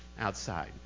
outside